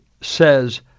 says